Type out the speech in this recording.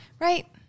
Right